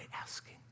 asking